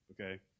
okay